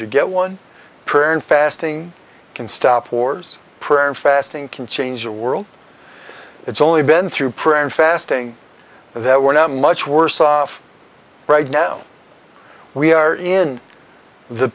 to get one prayer and fasting can stop wars prayer and fasting can change the world it's only been through prayer and fasting that we're not much worse off right now we are in the